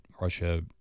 Russia